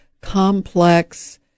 complex